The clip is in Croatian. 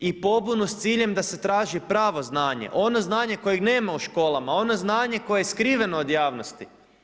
I pobunu s ciljem da se traži pravo znanje, ono znanje kojeg nema u školama, ono znanje koje skriveno od javnosti.